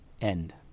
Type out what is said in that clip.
End